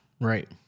Right